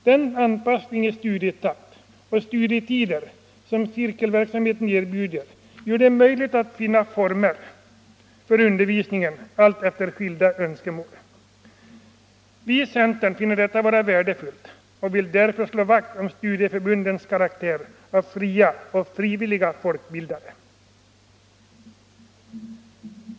Den anpassning i studietakt och studietider som cirkelverksamheten erbjuder gör det möjligt att forma undervisningen efter skilda önskemål. Vi i centern finner detta vara värdefullt och vill därför slå vakt om studieförbundens karaktär av fria och frivilliga folkbildare.